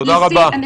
תודה רבה.